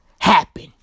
happen